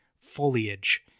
foliage